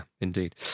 indeed